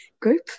group